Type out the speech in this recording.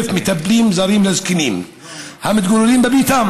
מטפלים זרים לזקנים המתגוררים בביתם,